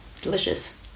delicious